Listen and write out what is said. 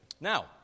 Now